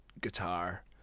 Guitar